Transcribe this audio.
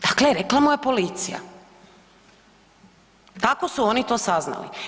Dakle, rekla mu je policija, tako su oni to saznali.